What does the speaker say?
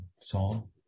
song